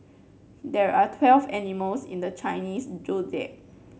there are twelve animals in the Chinese Zodiac